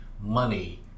money